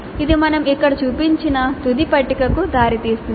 ఇది మేము ఇక్కడ చూపించిన తుది పట్టికకు దారితీస్తుంది